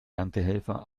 erntehelfer